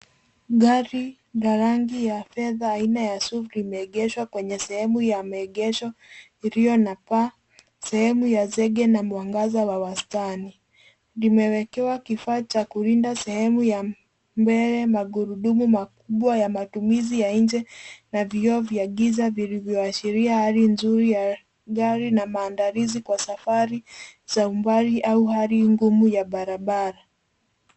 Gari la rangi ya fedha aina ya Sub imeegeshwa kwenye sehemu ya maegesho ilio na paa, sehemu ya sege na mwangaza wa wastani limeekewa kifaa cha kulinda sehemu ya mbele magurudumu makubwa ya matumizi ya nje na vioo vya kisa vilivyoashiria hali nzuri ya gari na maandilizi kwa safari za umbali au hali ngumu ya barabara.